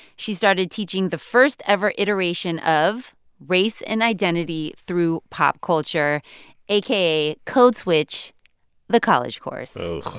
she started teaching the first-ever iteration of race and identity through pop culture aka code switch the college course. so